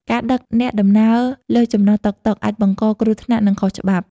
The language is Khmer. ការដឹកអ្នកដំណើរលើសចំណុះតុកតុក អាចបង្កគ្រោះថ្នាក់ និងខុសច្បាប់។